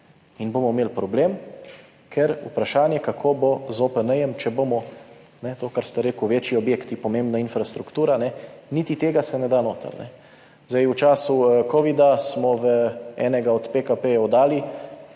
in bomo imeli problem, ker je vprašanje, kako bo z OPN, če se, to, kar ste rekli, večji objekti, pomembna infrastruktura, niti tega ne da noter. V času covida smo v enega od PKP dali,